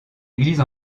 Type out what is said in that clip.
église